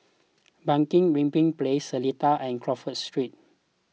Bunga Rampai Place Seletar and Crawford Street